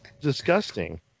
disgusting